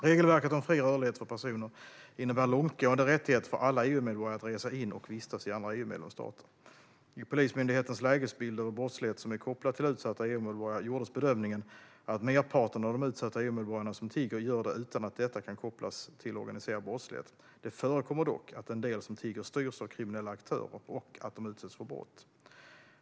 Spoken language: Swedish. Regelverket om fri rörlighet för personer innebär långtgående rättigheter för alla EU-medborgare att resa in och vistas i andra EU-medlemsstater. I Polismyndighetens lägesbild över brottslighet som är kopplad till utsatta EU-medborgare gjordes bedömningen att merparten av de utsatta EU-medborgare som tigger gör det utan att detta kan kopplas till organiserad brottslighet. Det förekommer dock att en del som tigger styrs av kriminella aktörer och att de utsätts för brott.